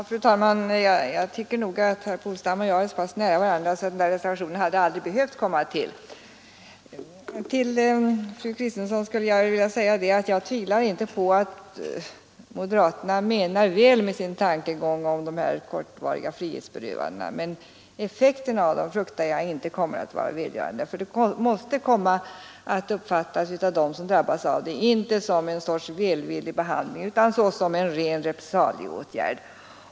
Fru talman! Jag tycker att herr Polstams uppfattning och min ligger så nära varandra att reservation 12 aldrig hade behövt komma till. Fill fru Kristensson vill jag a att jag inte tvivlar på att moderaterna menar väl med sitt förslag om kortvariga frihetsberövanden. Men jag fruktar att effekten av sådana frihetsberövanden inte skulle vara välgörande. De måste av dem som drabbas uppfattas — inte som välvillig behandling utan som rena repressalieåtgärder.